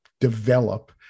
develop